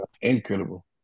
Incredible